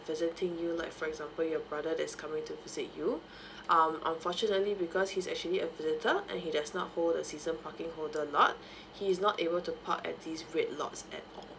visiting you like for example your brother that's coming to visit you um unfortunately because he's actually a visitor and he does not hold a season parking holder lot he is not able to park at these red lots at all